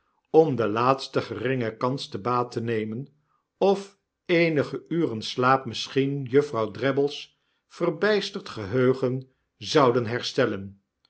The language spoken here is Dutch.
om de laatste geringe kans te baat te nemen of eenige uren slaap misschien juffrouw drabble's verbysterd geheugen zouden herstellen